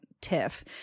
Tiff